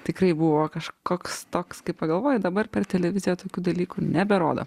tikrai buvo kažkoks toks kai pagalvoji dabar per televiziją tokių dalykų neberodo